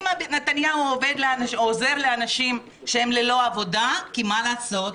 אם נתניהו עוזר לאנשים שהם ללא עבודה כי מה לעשות,